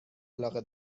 علاقه